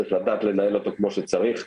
צריך לנהל אותו כמו שצריך,